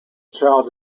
child